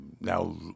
now